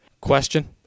question